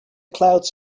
clouds